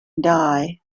die